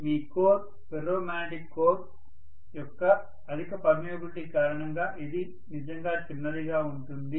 మీ core ferromagnetic core యొక్క అధిక permeability కారణంగా ఇది నిజంగా చిన్నదిగా ఉంటుంది